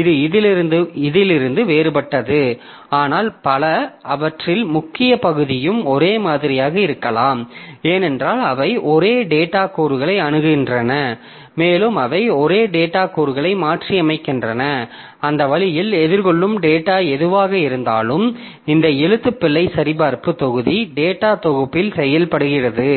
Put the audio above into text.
இது இதிலிருந்து வேறுபட்டது ஆனால் பல அவற்றில் முக்கிய பகுதியும் ஒரே மாதிரியாக இருக்கலாம் ஏனென்றால் அவை ஒரே டேட்டா கூறுகளை அணுகுகின்றன மேலும் அவை ஒரே டேட்டா கூறுகளை மாற்றியமைக்கின்றன அந்த வழியில் எதிர்கொள்ளும் டேட்டா எதுவாக இருந்தாலும் இந்த எழுத்துப்பிழை சரிபார்ப்பு தொகுதி டேட்டாத் தொகுப்புகளில் செயல்படுகிறது